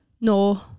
No